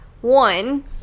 One